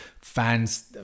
fans